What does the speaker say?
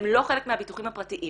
הן לא חלק מהביטוחים הפרטיים.